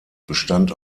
bestand